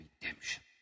redemption